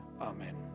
Amen